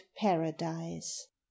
paradise